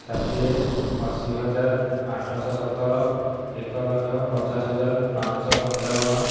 ଷାଠିଏ ଅଶୀହଜାର ଆଠଶହ ସତର ଏକଲକ୍ଷ ପଚାଶ ହଜାର ପାଞ୍ଚଶହ ପଞ୍ଚାବନ